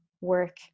work